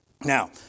Now